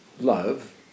love